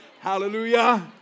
Hallelujah